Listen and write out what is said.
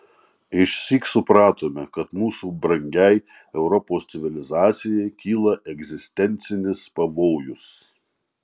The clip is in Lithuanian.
išsyk supratome kad mūsų brangiai europos civilizacijai kyla egzistencinis pavojus